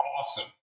awesome